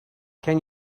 can